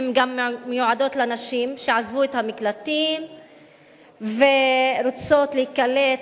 הן גם מיועדות לנשים שעזבו את המקלטים ורוצות להיקלט,